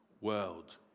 world